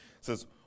says